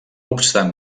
obstant